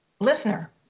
listener